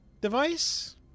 device